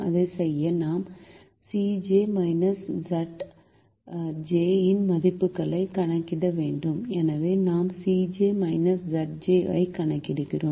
அதைச் செய்ய நாம் Cj Zj இன் மதிப்புகளைக் கணக்கிட வேண்டும் எனவே நாம் Cj Zj ஐ கணக்கிடுகிறோம்